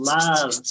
love